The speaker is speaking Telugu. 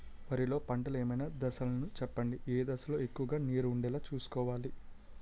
వరిలో పంటలు ఏమైన దశ లను చెప్పండి? ఏ దశ లొ ఎక్కువుగా నీరు వుండేలా చుస్కోవలి?